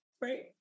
right